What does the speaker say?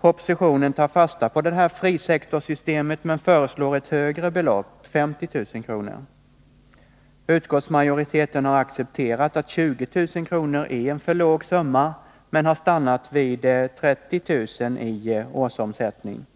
Propositionen tar fasta på systemet med en frisektor, men föreslår ett högre belopp, 50 000 kr. Utskottsmajoriteten har accepterat att 20 000 kr. är en för låg summa men har stannat vid beloppet 30 000 kr. i årsomsättning.